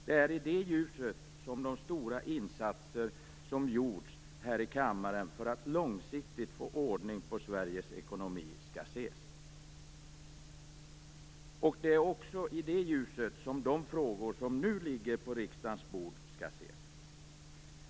Det är i det ljuset som de stora insatser som gjorts här i kammaren för att långsiktigt få ordning på Sveriges ekonomi skall ses. Det är också i det ljuset som de frågor som nu ligger på riksdagens bord skall ses.